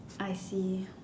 I see